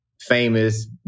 famous